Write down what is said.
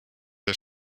der